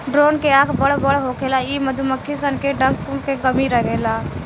drone के आँख बड़ बड़ होखेला इ मधुमक्खी सन में डंक के कमी रहेला